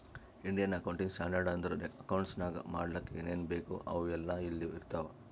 Indian accounting standard ಅಂದುರ್ accounts ನಾಗ್ ಮಾಡ್ಲಕ್ ಏನೇನ್ ಬೇಕು ಅವು ಎಲ್ಲಾ ಇಲ್ಲಿ ಇರ್ತಾವ